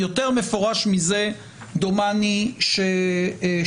יותר מפורש מזה דומני שאין.